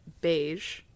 beige